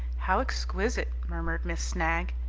how exquisite! murmured miss snagg.